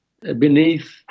beneath